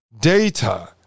Data